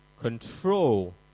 control